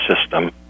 system